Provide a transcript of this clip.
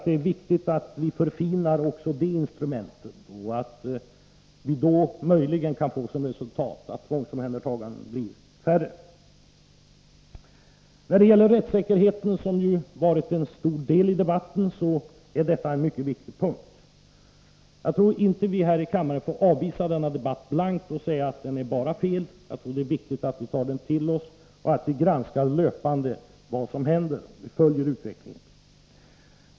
Det är viktigt att vi förfinar också detta instrument och därmed kan få som resultat att tvångsomhändertagandena blir färre. Frågan om rättssäkerheten har upptagit en stor del av debatten, och den är mycket viktig. Jag tror inte att vi här i kammaren får blankt avvisa denna debatt och bara säga att den är felaktig. Det är viktigt att vi tar den till oss, granskar löpande vad som händer och följer utvecklingen.